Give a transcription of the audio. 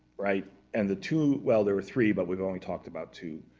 right? and the two well there were three, but we've only talked about two